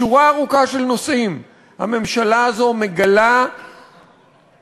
בשורה ארוכה של נושאים הממשלה הזאת מגלה עוינות